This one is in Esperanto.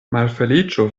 malfeliĉo